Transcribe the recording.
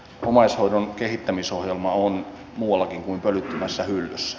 omaishoidon kehittämisohjelma on muuallakin kuin pölyttymässä hyllyssä